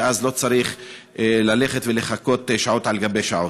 ואז לא צריך ללכת ולחכות שעות על גבי שעות.